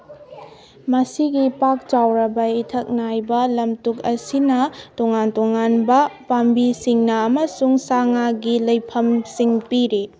ꯃꯁꯤꯒꯤ ꯄꯥꯛ ꯆꯥꯎꯔꯕ ꯏꯊꯛ ꯅꯥꯏꯕ ꯂꯝꯇꯨꯞ ꯑꯁꯤꯅ ꯇꯣꯉꯥꯟ ꯇꯣꯉꯥꯟꯕ ꯄꯥꯝꯕꯤꯁꯤꯡꯅ ꯑꯃꯁꯨꯡ ꯁꯥ ꯉꯥꯒꯤ ꯂꯩꯐꯝꯁꯤꯡ ꯄꯤꯔꯤ